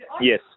Yes